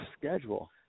schedule